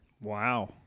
Wow